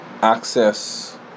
access